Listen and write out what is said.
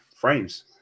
frames